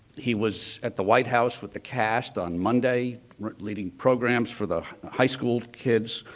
he was at the white house with the cast on monday leading programs for the high school kids.